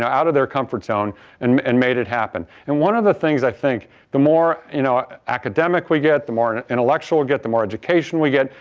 out of their comfort zone and and made it happen. and one of the things i think the more you know academic we get, the more and intellectual we get, the more education we get,